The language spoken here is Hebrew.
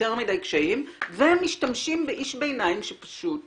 יותר מדי קשיים ומשתמשים באיש ביניים שפשוט